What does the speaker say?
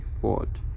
Ford